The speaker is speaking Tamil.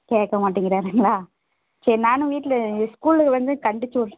கேட்க மாட்டேங்கிறாருங்களா சரி நானும் வீட்டில் ஸ்கூலில் வந்து கண்டித்து